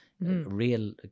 real